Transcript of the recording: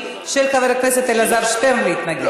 של חבר הכנסת אלעזר שטרן להתנגד.